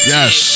Yes